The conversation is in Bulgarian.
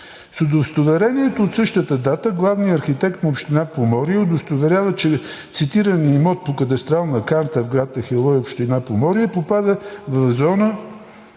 С Удостоверението от същата дата главният архитект на община Поморие удостоверява, че цитираният имот по кадастрална карта на гр. Ахелой, община Поморие попада в зона